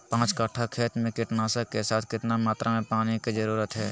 पांच कट्ठा खेत में कीटनाशक के साथ कितना मात्रा में पानी के जरूरत है?